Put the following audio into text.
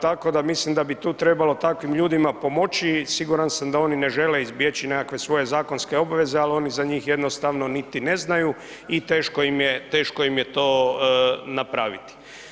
Tako da mislim da bi tu trebalo takvim ljudima pomoći i siguran sam da oni ne žele izbjeći nekakve svoje zakonske obaveze ali oni za njih jednostavno niti ne znaju i teško im je to napraviti.